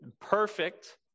perfect